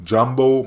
Jumbo